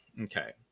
okay